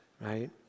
right